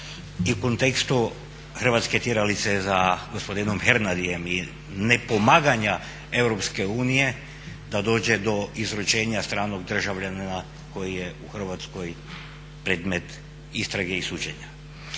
u kontekstu hrvatske tjeralice za gospodinom Hernadiem i ne pomaganja EU da dođe do izručenja stranog državljanina koji je u Hrvatskoj predmet istrage i suđenja.